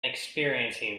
experiencing